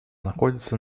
находится